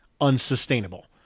unsustainable